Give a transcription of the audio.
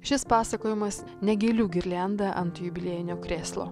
šis pasakojimas ne gėlių girlianda ant jubiliejinio krėslo